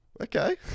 okay